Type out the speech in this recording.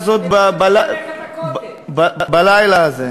בלילה הזה.